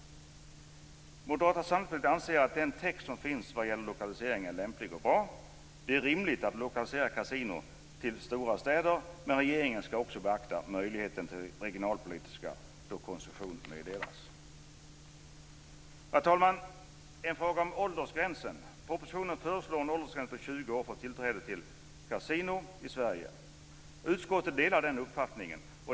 Moderata samlingspartiet anser att den text som finns när det gäller lokaliseringen är lämplig och bra. Det är rimligt att lokalisera kasinon till stora städer, men regeringen skall också beakta även regionalpolitiska skäl då koncession meddelas. Fru talman! I propositionen föreslås en åldersgräns på 20 år för tillträde till kasinon i Sverige. Utskottet tycker att det är ett bra förslag.